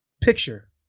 picture